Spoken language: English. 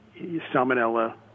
salmonella